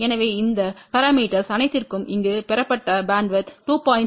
எனவே இந்த பரமீட்டர்ஸ் அனைத்திற்கும் இங்கு பெறப்பட்ட பேண்ட்வித் 2